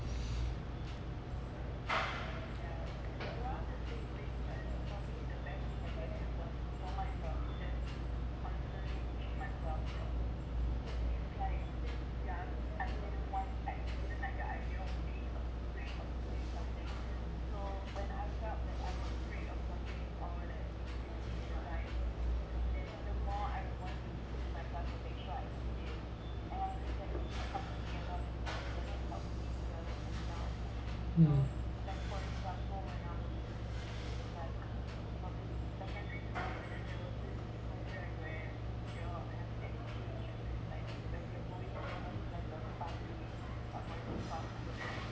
mm